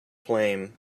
flame